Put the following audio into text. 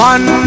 One